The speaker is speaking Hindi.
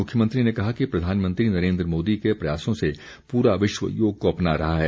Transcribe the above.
मुख्यमंत्री ने कहा कि प्रधानमंत्री नरेन्द्र मोदी के प्रयासों से पूरा विश्व योग को अपना रहा है